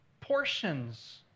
portions